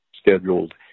scheduled